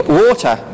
water